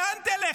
לאן תלך?